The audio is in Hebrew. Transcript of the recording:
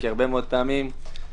כי הרבה מאוד פעמים תרצו